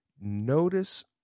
notice